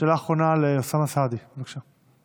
שאלה אחרונה לאוסאמה סעדי, בבקשה.